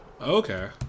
Okay